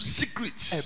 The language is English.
secrets